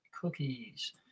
cookies